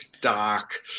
dark